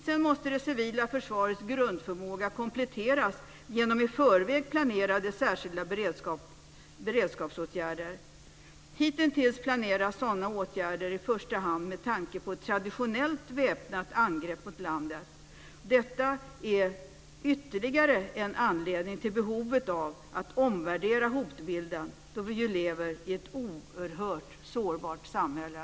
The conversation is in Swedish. Sedan måste det civila försvarets grundförmåga kompletteras genom i förväg planerade särskilda beredskapsåtgärder. Hitintills planeras sådana åtgärder i första hand med tanke på ett traditionellt väpnat angrepp mot landet. Detta är ytterligare en anledning att omvärdera hotbilden då vi ju lever i ett oerhört sårbart samhälle.